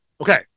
Okay